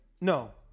No